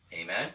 Amen